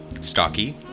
Stocky